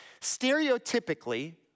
Stereotypically